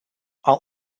are